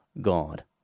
God